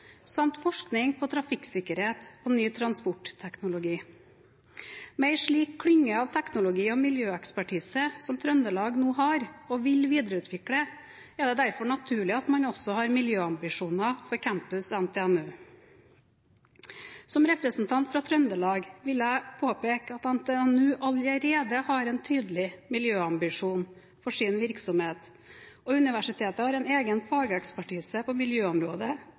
samt forskning på trafikksikkerhet og ny transportteknologi. Med en slik klynge av teknologi- og miljøekspertise som Trøndelag nå har og vil videreutvikle, er det derfor naturlig at man også har miljøambisjoner for Campus NTNU. Som representant fra Trøndelag vil jeg påpeke at NTNU allerede har en tydelig miljøambisjon for sin virksomhet, og universitetet har en egen fagekspertise på miljøområdet